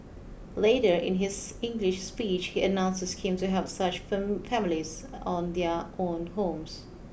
later in his English speech he announced a scheme to help such families on their own homes